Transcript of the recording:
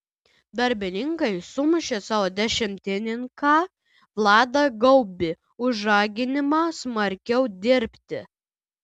darbininkai sumušė savo dešimtininką vladą gaubį už raginimą smarkiau dirbti